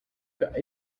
für